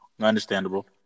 Understandable